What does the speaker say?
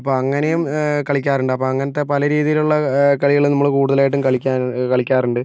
അപ്പോൾ അങ്ങനെയും കളിക്കാറുണ്ട് അപ്പോൾ അങ്ങനത്തെ പല രീതിയിലുള്ള കളികളും നമ്മൾ കൂടുതലായിട്ടും കളിക്കാർ കളിക്കാറുണ്ട്